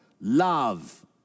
Love